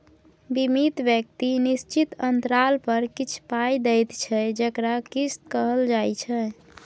बीमित व्यक्ति निश्चित अंतराल पर किछ पाइ दैत छै जकरा किस्त कहल जाइ छै